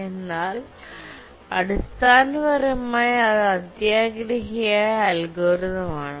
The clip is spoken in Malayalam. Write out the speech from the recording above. അതിനാൽ അടിസ്ഥാനപരമായി ഇത് അത്യാഗ്രഹിയായ അൽഗോരിതം ആണ്